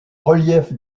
relief